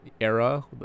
era